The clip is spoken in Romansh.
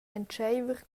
entscheiver